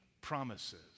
promises